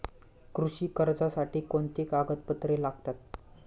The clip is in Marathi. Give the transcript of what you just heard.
कृषी कर्जासाठी कोणती कागदपत्रे लागतात?